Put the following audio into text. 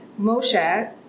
Moshe